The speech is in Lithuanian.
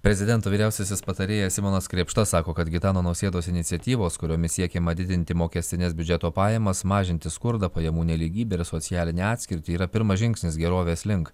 prezidento vyriausiasis patarėjas simonas krėpšta sako kad gitano nausėdos iniciatyvos kuriomis siekiama didinti mokestines biudžeto pajamas mažinti skurdą pajamų nelygybę ir socialinę atskirtį yra pirmas žingsnis gerovės link